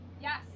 yes